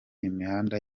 imihanda